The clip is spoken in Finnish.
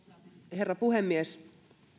herra puhemies